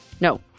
No